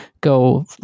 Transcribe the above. go